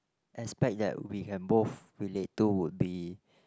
expect that we can both relate to would be